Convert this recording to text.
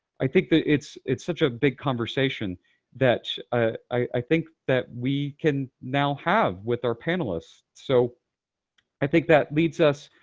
i think that it's it's such a big conversation that i think that we can now have with our panelists. so i think that leads us,